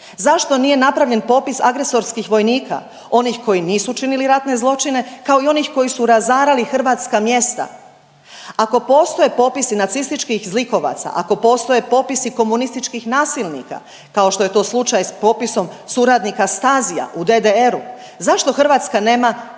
Zašto nije napravljen popis agresorskih vojnika? Onih koji nisu činili ratne zločine, kao i onih koji su razarali hrvatska mjesta. Ako postoje popisi nacističkih zlikovaca, ako postoje popisi komunističkih nasilnika kao što je to slučaj s popisom suradnika Stazya u DDR-u, zašto Hrvatska nema